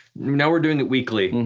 now we're doing it weekly.